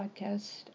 podcast